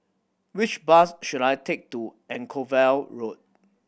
which bus should I take to Anchorvale Road